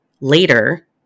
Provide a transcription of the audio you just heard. later